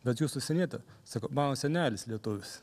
bet jūs užsienietė sako mano senelis lietuvis